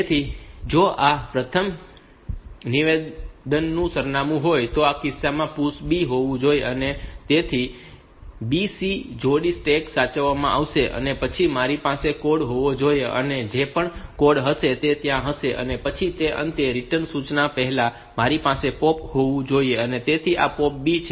તેથી જો આ પ્રથમ નિવેદનનું સરનામું હોય તો આ કિસ્સામાં PUSH B હોવું જોઈએ જેથી BC જોડી સ્ટેક પર સાચવવામાં આવશે અને તે પછી મારી પાસે કોડ હોવો જોઈએ અને જે પણ કોડ હશે તે ત્યાં હશે અને પછી અંતે રીટર્ન સૂચના પહેલાં મારી પાસે POP હોવું જોઈએ તેથી આ POP B છે